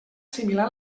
similar